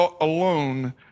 alone